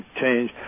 change